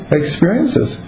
experiences